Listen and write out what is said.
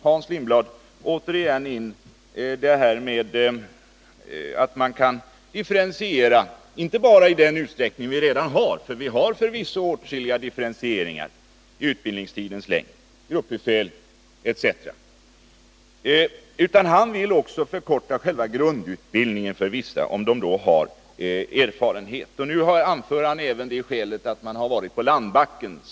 Hans Lindblad håller återigen fram tanken att man kan differentiera, inte bara i nuvarande utsträckning. Vi har förvisso redan åtskilliga differentieringar — jag tänker då på utbildningstidens längd för gruppbefäl etc. Hans Lindblad vill dessutom förkorta själva grundutbildningen för vissa som har viss erfarenhet. Nu anför han även som ett skäl det faktum att man har varit på landbacken.